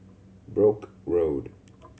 Brooke Road